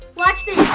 watch this.